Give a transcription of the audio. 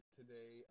today